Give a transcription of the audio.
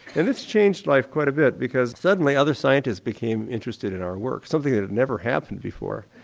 and this changed life quite a bit because suddenly other scientists became interested in our work, something that had never happened before.